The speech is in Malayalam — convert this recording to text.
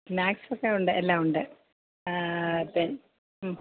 സ്നാക്സ്സക്കെയുണ്ട് എല്ലാമുണ്ട് ഉം